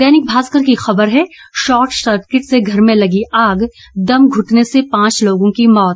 दैनिक भास्कर की खबर है शॉटसर्किट से घर में लगी आग दम घुटने से पांच लोगों की मौत